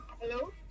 Hello